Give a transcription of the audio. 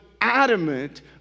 adamant